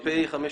(תיקון,